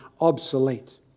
obsolete